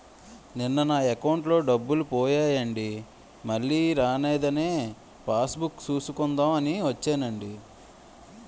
నిన్న నా అకౌంటులో డబ్బులు పోయాయండి మల్లీ రానేదని పాస్ బుక్ సూసుకుందాం అని వచ్చేనండి